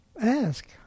ask